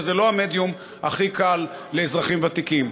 שזה לא המדיום הכי קל לאזרחים ותיקים.